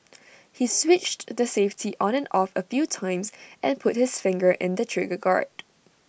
he switched the safety on and off A few times and put his finger in the trigger guard